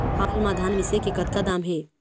हाल मा धान मिसे के कतका दाम हे?